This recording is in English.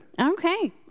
Okay